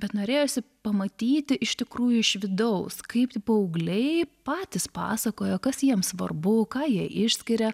bet norėjosi pamatyti iš tikrųjų iš vidaus kaip paaugliai patys pasakoja kas jiems svarbu ką jie išskiria